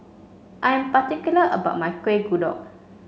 I am particular about my Kueh Kodok